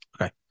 Okay